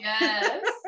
Yes